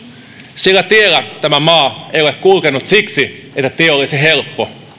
sillä tiellä tämä maa ei ole kulkenut siksi että tie olisi helppo